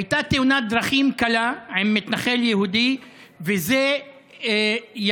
הייתה תאונת דרכים קלה עם מתנחל יהודי וזה ירד,